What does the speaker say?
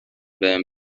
بهم